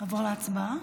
נעבור להצבעה?